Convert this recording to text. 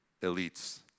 elites